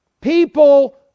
People